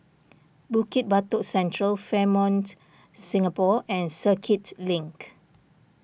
Bukit Batok Central Fairmont Singapore and Circuit Link